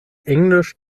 englisch